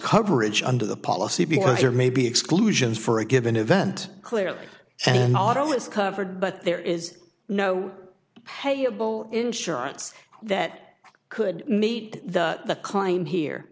coverage under the policy because there may be exclusions for a given event clearly an auto is covered but there is no payable insurance that could meet the climb here